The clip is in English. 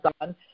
on